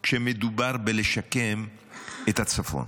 כשמדובר בשיקום הצפון.